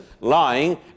lying